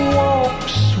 walks